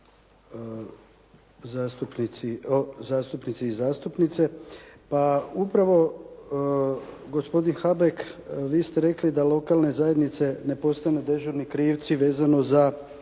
zastupnici i zastupnice. Pa upravo gospodin Habek, vi ste rekli da lokalne zajednice ne postanu dežurni krivci vezano za